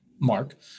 mark